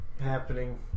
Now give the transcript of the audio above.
happening